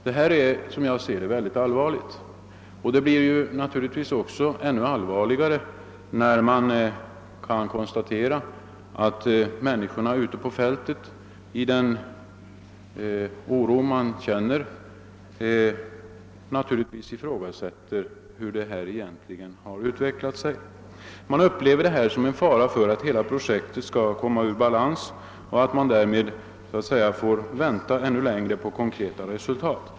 Detta är som jag ser saken mycket allvarligt, och än allvarligare blir det naturligtvis när man kan konstatera att människorna ute på fältet under intryck av den oro de känner frågar sig hur arbetet egentligen kunnat utveckla sig på detta sätt. Man upplever det som en risk för att hela projektet skall komma ur balans och att man därmed skall få vänta ännu längre på konkreta resultat.